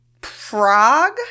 Prague